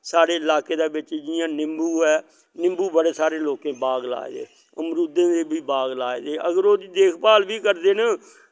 साढ़े ल्हाके दे बिच्च जियां निम्बू ऐ निम्बू बड़े सारे लोकें बाग लाए दे अमरूदें दे बी बाग लाए दे अगर ओह् देख भाल बी करदे न